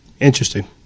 Interesting